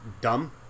dumb